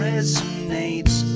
Resonates